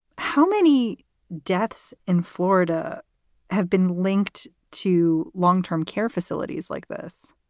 how many deaths in florida have been linked to long term care facilities like this?